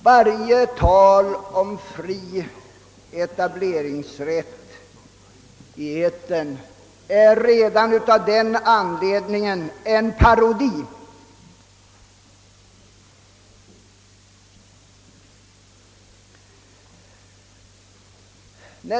Varje tal om fri etableringsrätt i etern är redan av den anledningen en parodi.